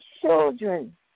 children